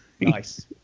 Nice